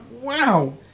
Wow